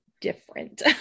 different